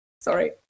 Sorry